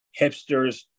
Hipsters